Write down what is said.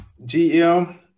GM